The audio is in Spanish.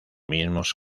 mismos